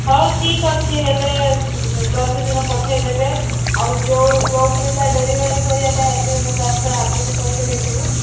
ହଉ ଠିକ୍ ଅଛି ହେଲେ ଯ ପ୍ରତିଦିନ ପଠାଇଦେବେ ଆଉ ଯେଉଁ ଯେଉଁ ପିଲା ଡେଲିଭରି କରିବା ପାଇଁ ଆସିବ ମୁଁ ତାଙ୍କ ହାତକୁ ପଇସା ଦେଇଦେବି